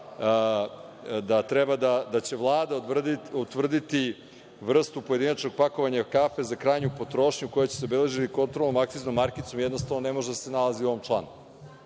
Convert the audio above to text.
ova odredba da će Vlada utvrditi vrstu pojedinačnog pakovanja kafe za krajnju potrošnju koja će se obeležiti kontrolnom akciznom markicom, jednostavno ne može da se nalazi u ovom članu.